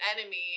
enemy